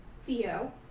Theo